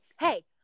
hey